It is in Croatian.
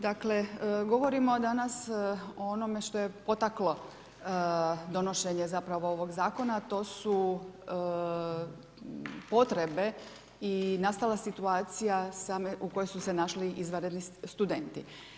Dakle govorimo danas o onome što je potaklo donošenje zapravo ovog zakona, a to su potrebe i nastala situacija u kojoj su se našli izvanredni studenti.